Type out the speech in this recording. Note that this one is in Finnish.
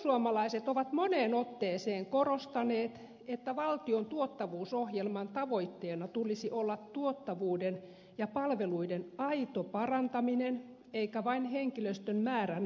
perussuomalaiset ovat moneen otteeseen korostaneet että valtion tuottavuusohjelman tavoitteena tulisi olla tuottavuuden ja palveluiden aito parantaminen eikä vain henkilöstön määrän vähentäminen